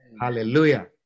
Hallelujah